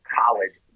college